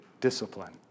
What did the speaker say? discipline